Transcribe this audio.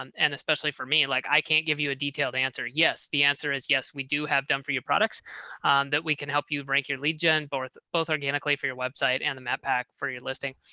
um and especially for me like i can't give you a detailed answer. yes, the answer is yes, we do have done for your products that we can help you rank your lead gen both both organically for your website and the map pack for your listing.